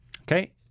Okay